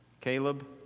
Caleb